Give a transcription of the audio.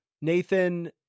Nathan